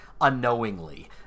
unknowingly